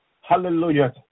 Hallelujah